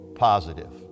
positive